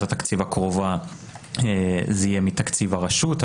התקציב הקרובה זה יהיה מתקציב הרשות.